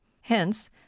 hence